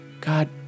God